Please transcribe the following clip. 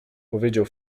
powiedział